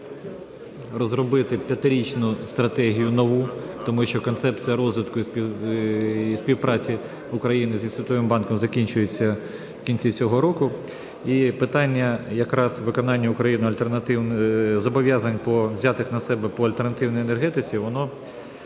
розробити п'ятирічну стратегію нову. Тому що концепція розвитку і співпраці України зі Світовим банком закінчується в кінці цього року, і питання якраз виконання Україною зобов'язань, взятих на себе по альтернативній енергетиці, воно